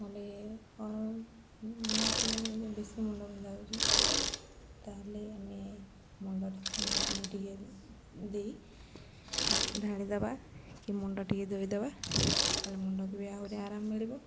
ଗଲେ ନିହାତି ବେଶୀ ମୁଣ୍ଡ ବିନ୍ଧା ହେଉଛି ତା'ହେଲେ ଆମେ ମୁଣ୍ଡରେ ଥଣ୍ଡା ପାଣି ଟିକେ ଦେଇ ଢାଳି ଦବା କି ମୁଣ୍ଡ ଟିକେ ଧୋଇଦବା ତା'ହେଲେ ମୁଣ୍ଡକୁ ବି ଆହୁରି ଆରାମ ମିଳିବ